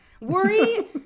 Worry